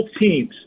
teams